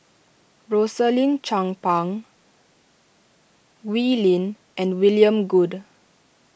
Rosaline Chan Pang Wee Lin and William Goode